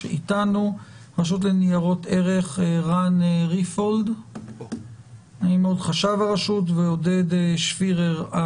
רשות ניירות ערך רן ריפולד חשב הרשות ועודד שפירר,